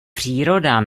příroda